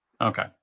Okay